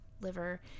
liver